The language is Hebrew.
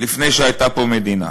לפני שהייתה פה מדינה.